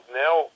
now